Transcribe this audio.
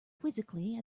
quizzically